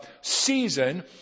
season